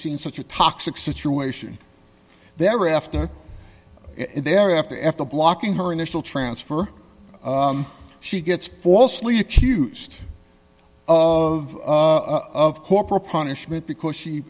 seen such a toxic situation there after there after after blocking her initial transfer she gets falsely accused of of corporal punishment because she